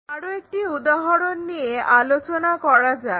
আরো একটি উদাহরণ নিয়ে আলোচনা করা যাক